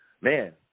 man